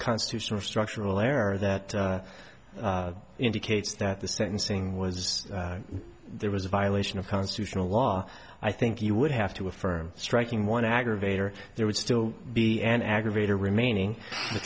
constitutional structural error that indicates that the sentencing was there was a violation of constitutional law i think you would have to affirm striking one aggravator there would still be an aggravator remaining the